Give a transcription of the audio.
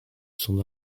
son